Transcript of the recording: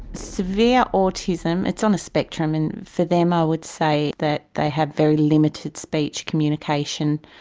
severe autism, it's on a spectrum and for them i would say that they have very limited speech, communication.